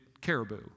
Caribou